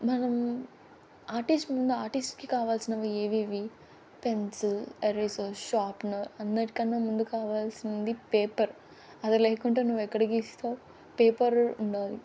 మనం ఆర్టిస్ట్ ముందు ఆర్టిస్ట్కి కావలసినవి ఏవేవి పెన్సిల్ ఎరేజర్ షాప్నర్ అన్నిటికన్నా ముందు కావాల్సింది పేపర్ అది లేకుంటే నువ్వు ఎక్కడ గీస్తావు పేపర్ ఉండాలి